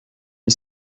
est